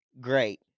Great